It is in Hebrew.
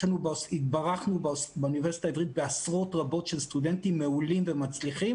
התברכנו באוניברסיטה העברית בעשרות רבות של סטודנטים מעולים ומצליחים